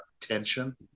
tension